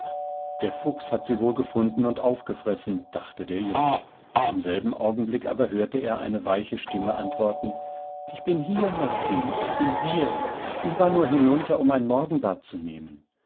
der fuchs hat sie wohl gefunden und aufgefressen dachte der junge im selbenaugenblickaberhörteereineweichestimmeantworten ichbinhier martin ich bin hier ich war nur hinunter um ein morgenbad zu nehmen